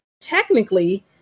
technically